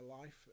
life